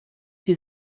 die